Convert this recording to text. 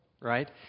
right